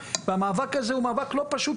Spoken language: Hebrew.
והמאבק הזה הוא מאבק לא פשוט.